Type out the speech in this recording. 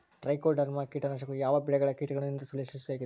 Trichoderma ಕೇಟನಾಶಕವು ಯಾವ ಬೆಳೆಗಳ ಕೇಟಗಳನ್ನು ನಿಯಂತ್ರಿಸುವಲ್ಲಿ ಯಶಸ್ವಿಯಾಗಿದೆ?